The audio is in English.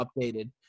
updated